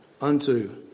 unto